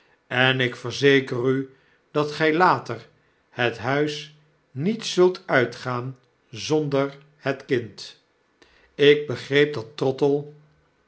en ik verzeker u dat gy later het huis niet zujt uitgaan zonder het kind ik begreep dat trottle